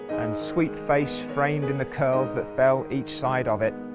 and sweet face framed in the curls that fell each side of it.